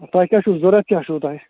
تۄہہِ کیاہ چھُو ضوٚرتھ کیاہ چھُو تۄہہِ